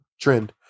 trend